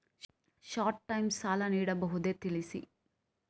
Short time ಸಾಲ ನೀಡಬಹುದೇ ತಿಳಿಸಿ?